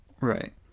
right